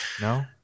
no